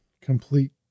complete